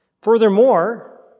Furthermore